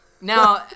Now